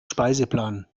speiseplan